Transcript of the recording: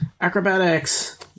Acrobatics